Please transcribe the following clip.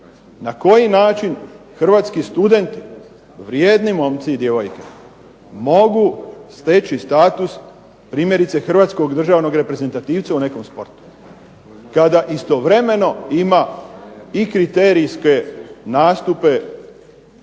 Na koji način hrvatski student, vrijedni momci i djevojke, mogu steći status primjerice hrvatskog državnog reprezentativca u nekom sportu kada istovremeno ima i kriterijske nastupe